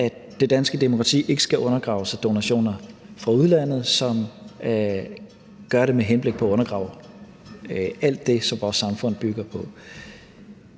at det danske demokrati ikke skal undergraves af donationer fra udlandet, som giver dem med henblik på at undergrave alt det, som vores samfund bygger på.